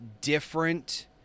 different